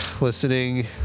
Listening